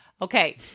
Okay